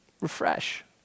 Refresh